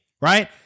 right